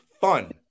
fun